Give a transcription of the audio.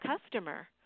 customer